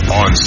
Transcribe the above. on